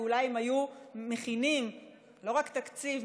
ואולי אם היו מכינים לא רק תקציב,